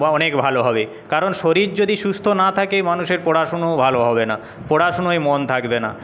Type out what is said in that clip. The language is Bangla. অনেক ভালো হবে কারণ শরীর যদি সুস্থ না থাকে মানুষের পড়াশোনাও ভালো হবে না পড়াশোনায় মন থকবে না